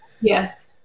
Yes